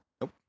Nope